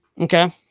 Okay